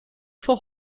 for